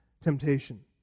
temptation